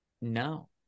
No